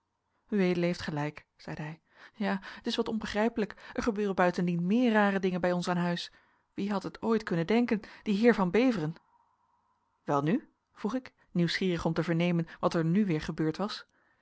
ued heeft gelijk zeide hij ja het is wat onbegrijpelijk er gebeuren buitendien meer rare dingen bij ons aan huis wie had het ooit kunnen denken die heer van beveren welnu vroeg ik nieuwsgierig om te vernemen wat er nu weer gebeurd was